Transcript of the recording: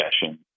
session